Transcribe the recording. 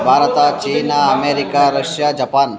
Bharat China America Russia Japan